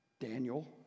Daniel